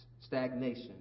stagnation